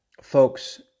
folks